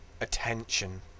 attention